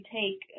take